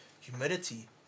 humidity